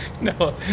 No